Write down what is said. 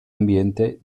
ambiente